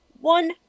one